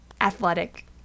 athletic